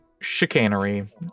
chicanery